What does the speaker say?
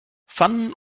pfannen